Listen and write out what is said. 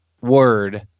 word